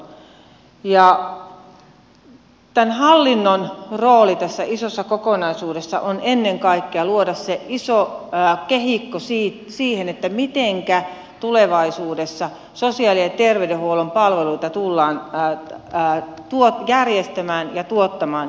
tämän hallinnon rooli tässä isossa kokonaisuudessa on ennen kaikkea luoda se iso kehikko siihen mitenkä tulevaisuudessa sosiaali ja terveydenhuollon palveluita tullaan järjestämään ja tuottamaan